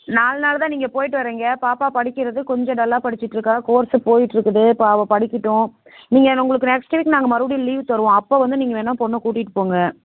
நால் நாள் தான் நீங்கள் போயிவிட்டு வருவீங்க பாப்பா படிக்கிறது கொஞ்சம் டல்லாக படிச்சிட்டுருக்கா கோர்ஸ் போயிட்டுருக்குது இப்போ அவ படிக்கட்டும் நீங்கள் நு உங்களுக்கு நெக்ஸ்ட்டு வீக் நாங்கள் மறுபடியும் லீவ் தருவோம் அப்போ வந்து நீங்கள் வேணா பொண்ணை கூட்டிகிட்டு போங்கள்